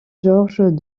georges